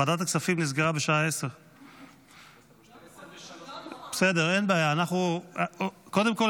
ועדת הכספים נסגרה בשעה 10:00. 10:03. קודם כול,